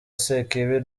sekibi